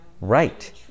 Right